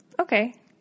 Okay